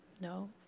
no